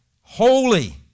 holy